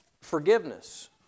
forgiveness